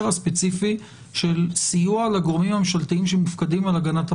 הספציפי של סיוע לגורמים הממשלתיים שמופקדים על הגנת הפרטיות.